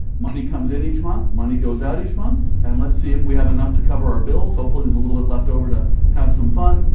money comes in each month. money goes out each month, and let's see if we have enough to cover our bills. hopefully there's a little bit left over to have some fun,